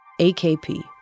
AKP